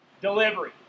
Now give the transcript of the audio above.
delivery